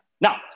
Now